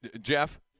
Jeff